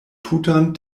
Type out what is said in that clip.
tutan